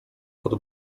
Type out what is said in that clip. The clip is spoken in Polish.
pod